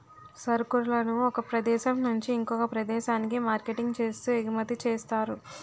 సరుకులను ఒక ప్రదేశం నుంచి ఇంకొక ప్రదేశానికి మార్కెటింగ్ చేస్తూ ఎగుమతి చేస్తారు